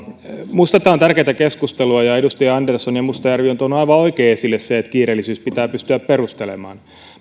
on tärkeätä keskustelua ja edustajat andersson ja mustajärvi ovat tuoneet aivan oikein esille sen että kiireellisyys pitää pystyä perustelemaan